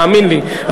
תאמין לי,